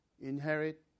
inherit